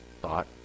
thought